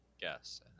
guess